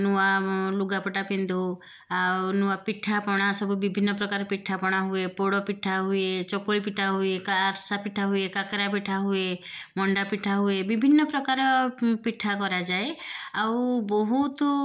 ନୂଆ ଲୁଗାପଟା ପିନ୍ଧୁ ଆଉ ନୂଆ ପିଠାପଣା ସବୁ ବିଭିନ୍ନ ପ୍ରକାର ପିଠାପଣା ହୁଏ ପୋଡ଼ ପିଠା ହୁଏ ଚକୁଳି ପିଠା ହୁଏ କା ଆରଷା ପିଠା ହୁଏ କାକରା ପିଠା ହୁଏ ମଣ୍ଡା ପିଠା ହୁଏ ବିଭିନ୍ନ ପ୍ରକାର ପିଠା କରାଯାଏ ଆଉ ବହୁତ